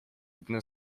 jedyne